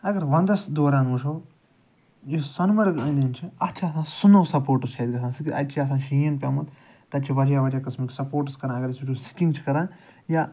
اَگر وَنٛدَس دوران وُچھُو یُس سۄنہٕ مرگ أنٛدۍ أنٛدۍ چھِ اَتھ چھِ آسان سُنوٚو سَپورٹٕس چھِ اَتہِ گژھان سُہ گوٚو اَتہِ چھِ آسان شیٖن پیٛومُت تَتہِ چھِ واریاہ واریاہ قٕسمٕکۍ سَپورٹٕس کران اَگر أسۍ وچھُو سِکِنٛگ چھِ کران یا